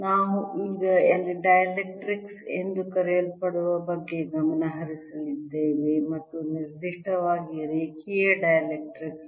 ನಾವು ಈಗ ಡೈಎಲೆಕ್ಟ್ರಿಕ್ಸ್ ಎಂದು ಕರೆಯಲ್ಪಡುವ ಬಗ್ಗೆ ಗಮನ ಹರಿಸಲಿದ್ದೇವೆ ಮತ್ತು ನಿರ್ದಿಷ್ಟವಾಗಿ ರೇಖೀಯ ಡೈಎಲೆಕ್ಟ್ರಿಕ್ಸ್